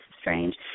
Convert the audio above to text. strange